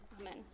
amen